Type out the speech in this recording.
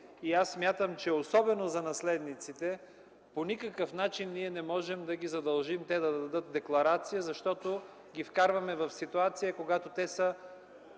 и аз смятам, че особено за наследниците по никакъв начин не можем да ги задължим те да дадат декларация, защото ги вкарваме в ситуация, когато те са